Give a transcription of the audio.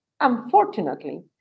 Unfortunately